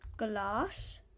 glass